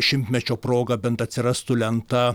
šimtmečio proga bent atsirastų lenta